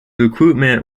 recruitment